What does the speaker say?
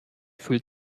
fühlt